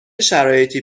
شرایطی